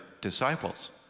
disciples